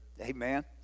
Amen